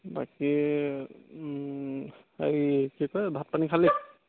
বাকী হেৰি কি কয় ভাত পানী খালি